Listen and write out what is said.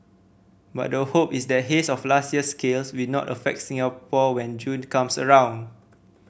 but the hope is that haze of last year's scale will not affect Singapore when June comes around